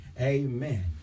amen